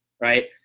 right